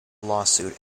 lawsuit